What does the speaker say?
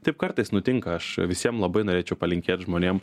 taip kartais nutinka aš visiem labai norėčiau palinkėt žmonėm